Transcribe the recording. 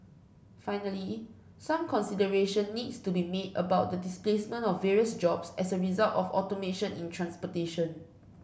finally some consideration needs to be made about the displacement of various jobs as a result of automation in transportation